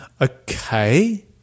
Okay